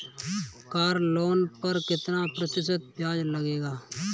Car loan पर कितना प्रतिशत ब्याज लगेगा?